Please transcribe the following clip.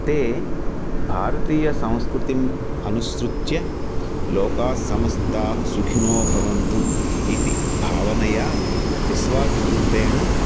ते भारतीयसंस्कृतिम् अनुसृत्य लोकास्समस्ताः सुखिनो भवन्तु इति भावनया निःस्वार्थरूपेण